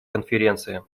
конференции